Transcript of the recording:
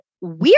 weird